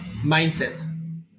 mindset